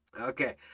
Okay